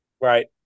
Right